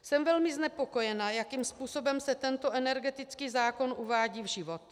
Jsem velmi znepokojena, jakým způsobem se tento energetický zákon uvádí v život.